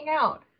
out